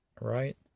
Right